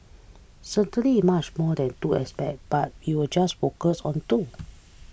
certainly much more than two aspect but we'll just focus on two